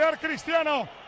Cristiano